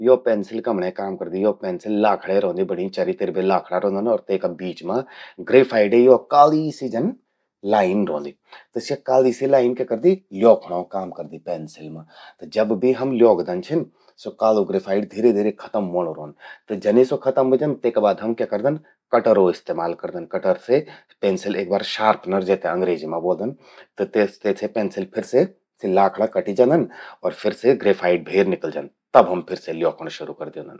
यो pencil कमण्यें काम करदी। यो पेंसिल लाखड़े रौंदी बण्यीं। चारी तिर लाखड़ा रौंदन अर तूंका बीच मां ग्रेफाइडे यो काली सी जन लाइन रौंदी। त स्या काली सी लाइन क्या करदी, ल्योखड़ों काम करदि पेंसिल मां। जब भी हम ल्योखदन छिन, स्वो कालु ग्रेफाइड धीरे धीरे खतम ह्वोंणू रौंद। त जनि स्वो खतम ह्वे जंद, तेका बाद हम क्य करदन, कटरो इस्तेमाल करदन। कटर से पेंसिल एक बार फिर से, शार्पनर जेते अंग्रेजी मां ब्वोलदन। ते तेसे पेंसिल फिर से सि लाखड़ा कटि जंदन अर फिर से ग्रेफाइड भेर निकल जंद। तब हम फिर से ल्योखण शुरु कर द्योंदन।